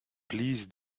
please